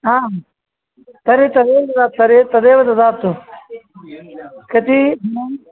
ह तर्हि तदेव तदा तर्हि तदेव ददातु कति